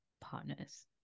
partners